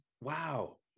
Wow